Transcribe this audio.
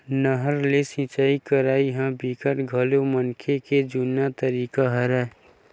नहर ले सिचई करई ह बिकट घलोक मनखे के जुन्ना तरीका हरय